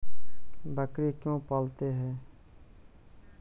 बकरी क्यों पालते है?